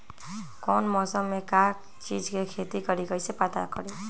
कौन मौसम में का चीज़ के खेती करी कईसे पता करी?